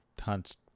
hunts